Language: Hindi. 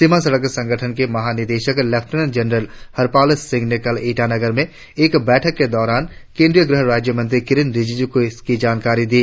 सीमा सड़क संगठन के महानिदेशक लेफ्टिनेंट जनरल हरपाल सिंह ने कल ईटानगर में एक बैठक के दौरान केंद्रीय गृह राज्य मंत्री किरेन रिजिजू को इसकी जानकारी दी